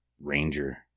Ranger